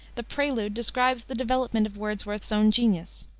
the prelude describes the development of wordsworth's own genius.